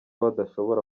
badashobora